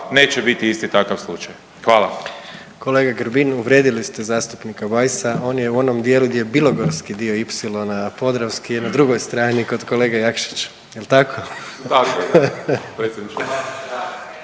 neće biti isti takav slučaj. Hvala. **Jandroković, Gordan (HDZ)** Kolega Grbin uvrijedili ste zastupnika Bajsa, on je u onom djelu gdje je bilogorski dio ipsilona, a podravski je na drugoj strani kod kolege Jakšića. Jel tako?